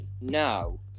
No